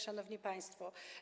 Szanowni Państwo!